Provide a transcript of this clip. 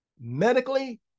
Medically